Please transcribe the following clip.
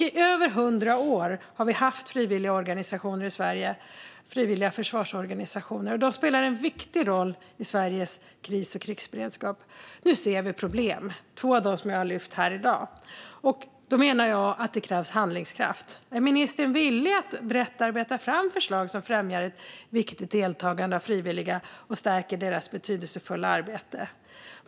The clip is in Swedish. I över hundra år har vi haft frivilliga försvarsorganisationer i Sverige, och de spelar en viktig roll i Sveriges kris och krigsberedskap. Nu ser vi problem. Två av dem har jag lyft upp här i dag. Jag menar därför att det krävs handlingskraft. Är ministern villig att brett arbeta fram förslag som främjar ett viktigt deltagande av frivilliga och stärker deras betydelsefulla arbete?